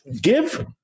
give